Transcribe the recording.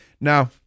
Now